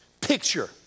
picture